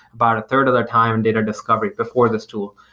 about a third of their time data discovery, before this tool.